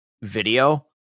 video